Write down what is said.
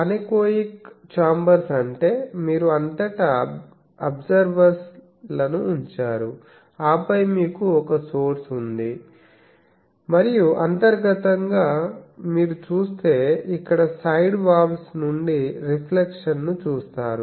anechoic chambers అంటే మీరు అంతటా అబ్సర్బర్స్ లను ఉంచారు ఆపై మీకు ఒక సోర్స్ ఉంది మరియు అంతర్గతంగా మీరు చూస్తే ఇక్కడ సైడ్ వాల్స్ నుండి రిఫ్లెక్షన్లను చూస్తారు